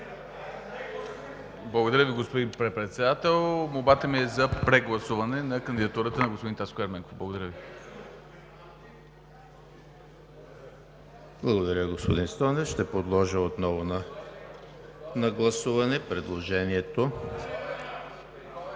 Благодаря Ви, господин Председател. Молбата ми е за прегласуване на кандидатурата на господин Таско Ерменков. Благодаря Ви. ПРЕДСЕДАТЕЛ ЕМИЛ ХРИСТОВ: Благодаря, господин Стойнев. Ще подложа отново на гласуване предложението.